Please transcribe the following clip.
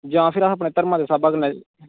जां फिर अस अपने घर्म दे स्हाब कन्नै